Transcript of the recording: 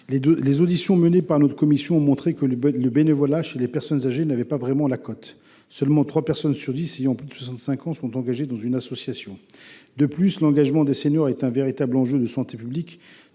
Les auditions menées par notre commission ont montré que le bénévolat chez les personnes âgées n’avait pas vraiment la cote. Seulement trois personnes sur dix ayant plus de 65 ans sont ainsi engagées dans une association. L’engagement des seniors, encouragé par de nombreux